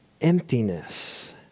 emptiness